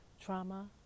trauma